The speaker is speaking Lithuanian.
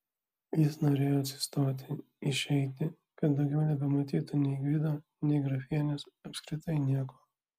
jis norėjo atsistoti išeiti kad daugiau nebematytų nei gvido nei grafienės apskritai nieko